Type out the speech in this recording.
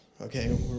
Okay